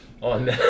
on